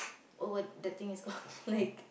oh what the things is called like